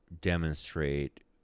demonstrate